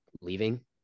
leaving